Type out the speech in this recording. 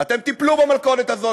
ואתם תיפלו במלכודת הזאת.